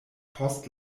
post